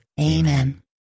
Amen